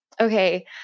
Okay